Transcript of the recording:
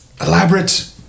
elaborate